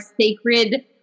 sacred